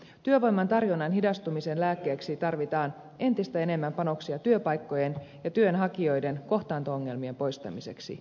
työvoiman tarjonnan hidastumisen lääkkeeksi tarvitaan entistä enemmän panoksia työpaikkojen ja työnhakijoiden kohtaanto ongelmien poistamiseksi